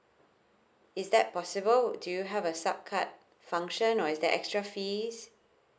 is that possible do you have a sub card function or is there extra fees